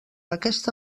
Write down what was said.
aquesta